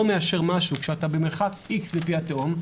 מאשר משהו כשאתה במרחק x מפי התהום,